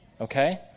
Okay